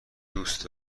دوست